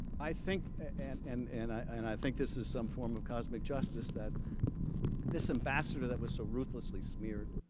i think and and and i think this is some form of cosmic justice that this ambassador that was so ruthlessly smeared